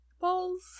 balls